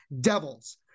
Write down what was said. Devils